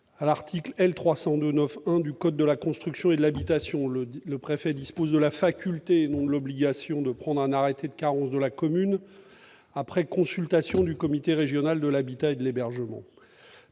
à l'article L. 302-9-1 du code de la construction et de l'habitation. Le préfet dispose de la faculté, et non de l'obligation, de prendre un arrêté de carence de la commune après consultation du comité régional de l'habitat et de l'hébergement.